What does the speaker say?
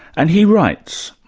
and he writes,